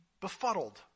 Befuddled